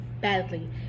badly